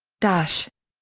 dash!